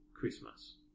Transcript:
Christmas